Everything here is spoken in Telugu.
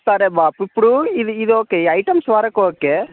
సరే బాపు ఇప్పుడు ఇది ఇది ఓకే ఐటమ్స్ వరకు ఓకే